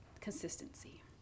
consistency